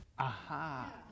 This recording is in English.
Aha